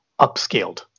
upscaled